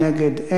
נגד,